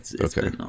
okay